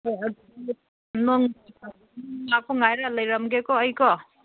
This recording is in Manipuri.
ꯍꯣꯏ ꯑꯗꯨ ꯅꯪ ꯂꯥꯛꯄ ꯉꯥꯏꯔ ꯂꯩꯔꯝꯒꯦꯀꯣ ꯑꯩꯀꯣ